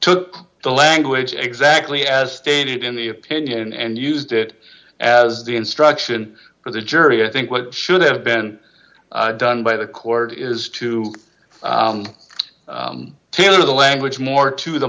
took the language exactly as stated in the opinion and used it as the instruction for the jury i think what should have been done by the court is to tailor the language more to the